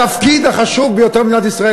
התפקיד החשוב ביותר במדינת ישראל,